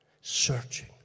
Searching